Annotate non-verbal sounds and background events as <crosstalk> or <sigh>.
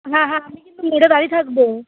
হ্যাঁ হ্যাঁ আমি কিন্তু <unintelligible> বাড়ি থাকবো